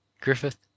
Griffith